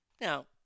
Now